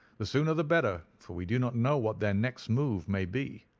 the sooner the better, for we do not know what their next move may be.